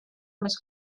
més